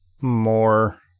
more